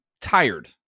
tired